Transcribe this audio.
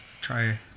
try